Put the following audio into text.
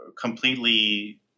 completely